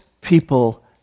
people